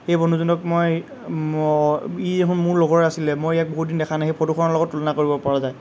সেই বন্ধুজনক মই মই ই মোৰ লগৰ আছিলে মই ইয়াক বহুতদিন দেখা নাই সেই ফটোখনৰ লগত তুলনা কৰিব পৰা যায়